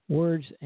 words